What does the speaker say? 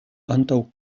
antaŭ